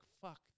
fuck